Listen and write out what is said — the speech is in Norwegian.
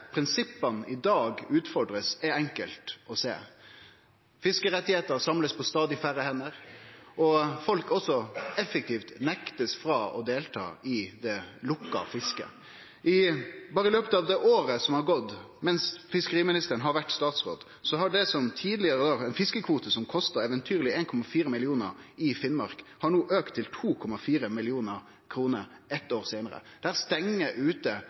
prinsippa i dag blir utfordra, er enkelt å sjå: Fiskerettar blir samla på stadig færre hender, og folk blir også effektivt nekta å delta i det lukka fisket. Berre i løpet av det året som har gått mens fiskeriministeren har vore statsråd, har ein fiskekvote som tidlegare kosta eventyrlege 1,4 mill. kr i Finnmark, auka til 2,4 mill. kr, eitt år seinare. Det stengjer ute